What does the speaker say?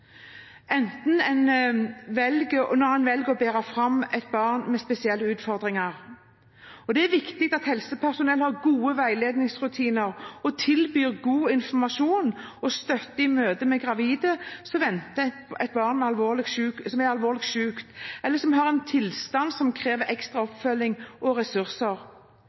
når en velger å bære fram et barn med spesielle utfordringer. Det er viktig at helsepersonell har gode veiledningsrutiner og tilbyr god informasjon og støtte i møte med gravide som venter et barn som er alvorlig sykt, eller som har en tilstand som krever ekstra oppfølging og ressurser.